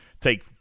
take